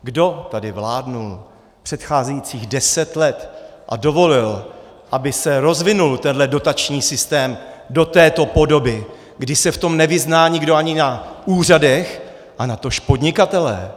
Kdo tady vládl předcházejících deset let a dovolil, aby se rozvinul tenhle dotační systém do této podoby, kdy se v tom nevyzná nikdo ani na úřadech, natož podnikatelé?